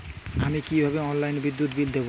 আমি কিভাবে অনলাইনে বিদ্যুৎ বিল দেবো?